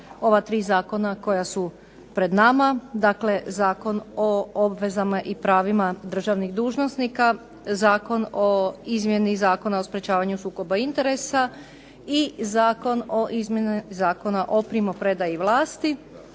ova tri Zakona koja su pred nama, dakle Zakon o obvezama i pravima državnih dužnosnika, Zakon o izmjeni zakona o sprečavanju sukoba interesa i Zakon o izmjeni Zakona o primopredaji vlasti